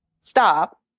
stop